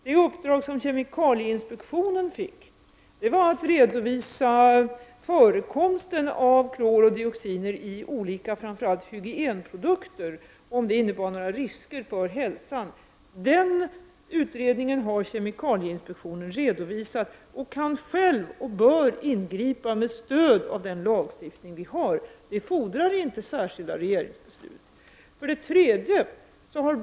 Det uppdrag som kemikalieinspektionen har fått är att redovisa förekomsten av klor och dioxiner i olika hygienprodukter framför allt och om de innebar några risker för hälsan. Den utredningen har kemikalieinspektionen redovisat och kan och bör själv ingripa med stöd av den lag vi har. Det fordrar inte särskilda regeringsbeslut.